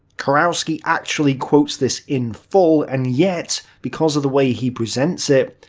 kurowski actually quotes this in full, and yet, because of the way he presents it,